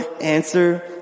answer